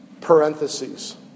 Parentheses